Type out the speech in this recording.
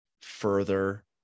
further